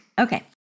Okay